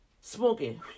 smoking